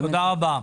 תודה רבה.